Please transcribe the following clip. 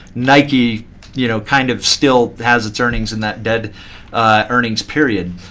nike you know kind of still has its earnings in that dead earnings period.